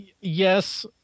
Yes